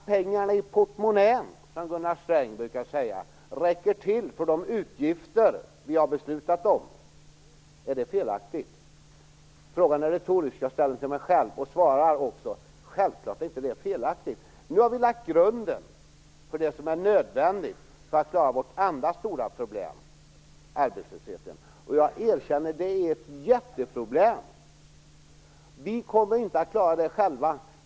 Pengarna i portmonnän, som Gunnar Sträng brukade säga, räcker till för de utgifter vi har beslutat om. Är det fel? Frågan är retorisk. Jag ställer den till mig själv och svarar också. Det är självfallet inte fel. Nu har vi lagt grunden för det som är nödvändigt för att klara vårt andra stora problem, nämligen arbetslösheten. Jag erkänner att det är ett jätteproblem. Vi kommer inte att klara det själva.